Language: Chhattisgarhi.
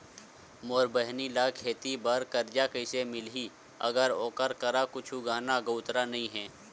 मोर बहिनी ला खेती बार कर्जा कइसे मिलहि, अगर ओकर करा कुछु गहना गउतरा नइ हे?